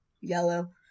yellow